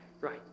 Right